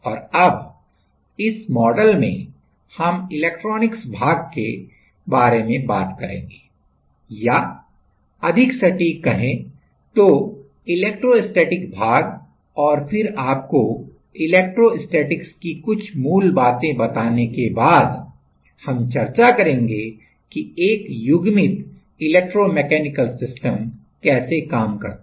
और अब इस मॉडल में हम इलेक्ट्रॉनिक्स भाग के बारे में बात करेंगे या अधिक सटीक कहे तो इलेक्ट्रोस्टैटिक भाग और फिर आपको इलेक्ट्रोस्टैटिक्स की कुछ मूल बातें बताने के बाद हम चर्चा करेंगे कि एक युग्मित इलेक्ट्रो मैकेनिकल सिस्टम कैसे काम करता है